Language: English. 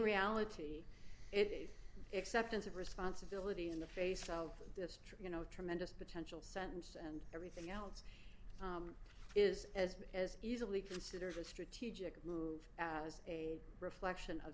reality it is acceptance of responsibility in the face of destroy you know tremendous potential sentence and everything else is as bad as easily considered a strategic move as a reflection of